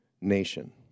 nation